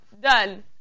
Done